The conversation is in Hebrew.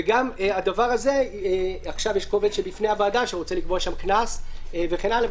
וגם בדבר הזה עכשיו יש קובץ בפני הוועדה שרוצה לקבוע שם קנס וכן הלאה,